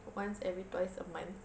once every twice a month